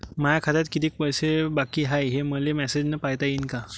माया खात्यात कितीक पैसे बाकी हाय, हे मले मॅसेजन पायता येईन का?